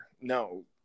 No